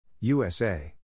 USA